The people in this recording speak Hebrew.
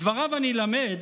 מדבריו אני למד